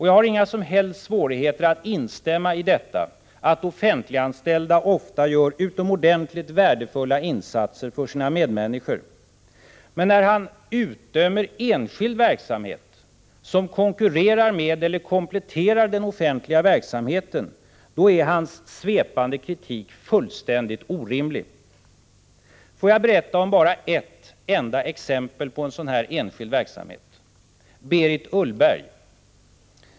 Jag har inga som helst svårigheter att instämma i detta — att offentliganställda ofta gör utomordentligt värdefulla insatser för sina medmänniskor. Men när han utdömer enskild verksamhet som konkurrerar med eller kompletterar den offentliga verksamheten, då är hans svepande kritik fullständigt orimlig. Får jag anföra bara ett enda exempel på en sådan här enskild verksamhet.